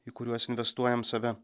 į kuriuos investuojam save